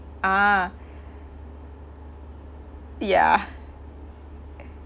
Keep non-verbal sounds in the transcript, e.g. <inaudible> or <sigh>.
ah <breath> ya <noise>